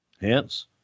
Hence